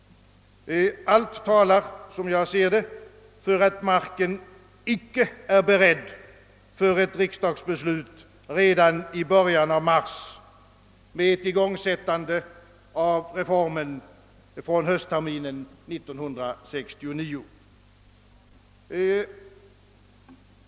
Allt talar, som jag ser det, för att marken icke är beredd för ett riksdagsbeslut redan i början av mars med ett igångsättande av reformen från höstterminen 1969.